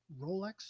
Rolex